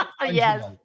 yes